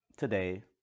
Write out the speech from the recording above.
today